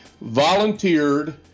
volunteered